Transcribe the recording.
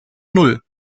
null